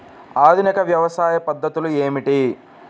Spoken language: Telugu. ఆధునిక వ్యవసాయ పద్ధతులు ఏమిటి?